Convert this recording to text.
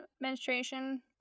menstruation